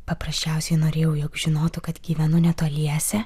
paprasčiausiai norėjau jog žinotų kad gyvenu netoliese